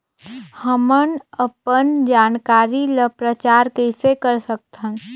हमन अपन जानकारी ल प्रचार कइसे कर सकथन?